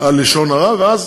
על לשון הרע, ואז